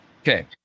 Okay